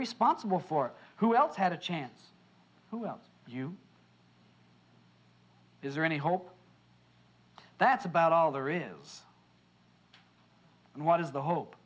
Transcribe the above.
responsible for who else had a chance to help you is there any hope that's about all there is and what is the hope